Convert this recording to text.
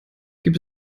gibt